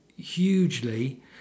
hugely